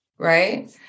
right